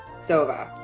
sova.